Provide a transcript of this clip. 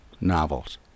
novels